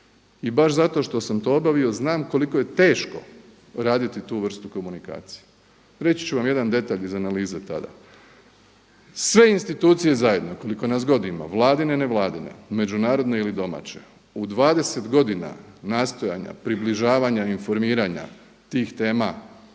I baš zato što sam to obavio, znam koliko je teško raditi tu vrstu komunikacije. Reći ću vam jedan detalj iz analize tada. Sve institucije zajedno koliko nas god ima – Vladine, nevladine, međunarodne ili domaće u 20 godina nastojanja približavanja informiranja tih tema